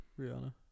rihanna